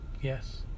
yes